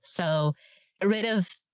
so ah rid of,